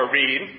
read